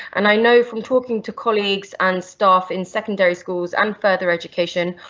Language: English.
and i know from talking to colleagues, and staff in secondary schools and further education,